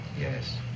Yes